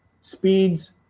speeds